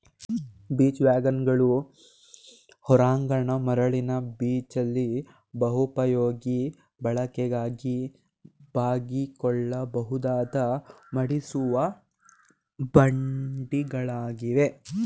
beach ವ್ಯಾಗನ್ಗಳು ಹೊರಾಂಗಣ ಮರಳಿನ ಬೀಚಲ್ಲಿ ಬಹುಪಯೋಗಿ ಬಳಕೆಗಾಗಿ ಬಾಗಿಕೊಳ್ಳಬಹುದಾದ ಮಡಿಸುವ ಬಂಡಿಗಳಾಗಿವೆ